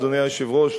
אדוני היושב-ראש,